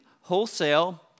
wholesale